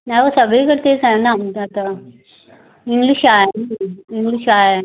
नाही हो सगळीकडे तेच आहे ना म्हणजे आता इंग्लिश शाळा आहे ना इंग्लिश शाळा आहे